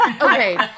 Okay